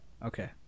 okay